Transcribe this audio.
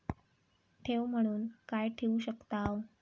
ठेव म्हणून काय ठेवू शकताव?